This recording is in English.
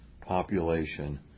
population